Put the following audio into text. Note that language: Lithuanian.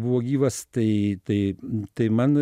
buvo gyvas tai tai tai man